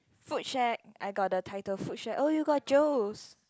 food shack I got the title food shack oh you got Joe's